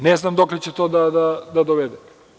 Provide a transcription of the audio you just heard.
Ne znam dokle će to da dovede.